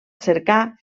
cercar